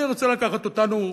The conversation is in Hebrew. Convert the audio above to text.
אני רוצה לקחת אותנו,